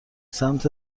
سمت